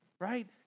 right